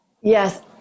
Yes